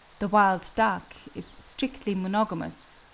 the wild-duck is strictly monogamous,